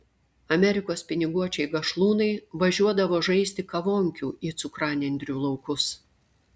amerikos piniguočiai gašlūnai važiuodavo žaisti kavonkių į cukranendrių laukus